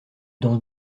danse